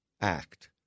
act